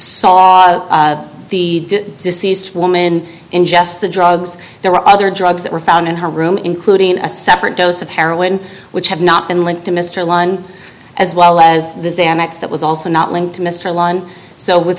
saw the deceased woman in just the drugs there were other drugs that were found in her room including a separate dose of heroin which have not been linked to mr lund as well as xanax that was also not linked to mr line so with